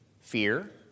fear